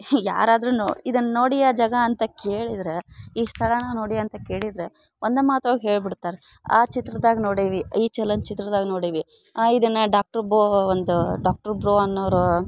ಯಾರಾದರೂನು ಇದನ್ನ ನೋಡಿಯ ಜಾಗ ಅಂತ ಕೇಳಿದ್ರ ಈ ಸ್ಥಳನ ನೋಡಿಯ ಅಂತ ಕೇಳಿದರೆ ಒಂದೇ ಮಾತೊಳ್ಗ ಹೇಳ್ಬಿಡ್ತರೆ ಆ ಚಿತ್ರದಾಗ ನೋಡಿವಿ ಈ ಚಲನ್ಚಿತ್ರದಾಗ ನೋಡಿವಿ ಇದನ್ನ ಡಾಕ್ಟ್ರ್ ಬೋ ಒಂದ ಡಾಕ್ಟ್ರ್ ಬ್ರೊ ಅನ್ನೋರು